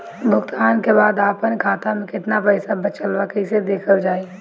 भुगतान के बाद आपन खाता में केतना पैसा बचल ब कइसे देखल जाइ?